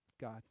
God